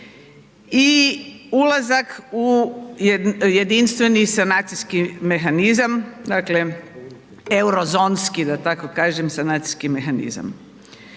i ulazak u jedinstveni sanacijski mehanizam, dakle Eurozonski, da tako kažem, sanacijski mehanizam.